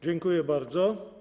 Dziękuję bardzo.